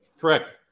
Correct